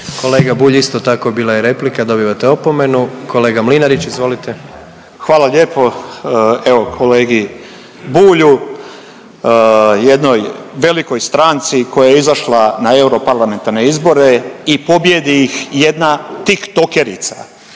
Kolega Bulj isto tako bila je replika, dobivate opomenu. Kolega Mlinarić izvolite. **Mlinarić, Stipo (DP)** Hvala lijepo. Evo kolegi Bulju jednoj velikoj stranci koja je izašla na europarlamentarne izbore i pobjedi ih jedna tiktokerica,